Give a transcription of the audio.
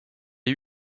est